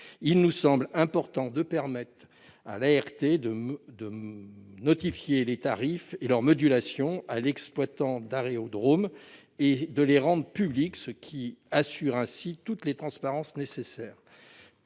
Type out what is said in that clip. Il nous semble important de permettre à l'ART de notifier les tarifs et leurs modulations à l'exploitant d'aérodrome et de les rendre publics, pour une question de transparence. Il apparaît